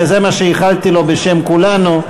וזה מה שאיחלתי לו בשם כולנו,